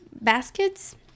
baskets